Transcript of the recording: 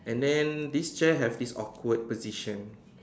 and then this chair have this awkward position